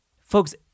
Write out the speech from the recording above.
Folks